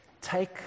Take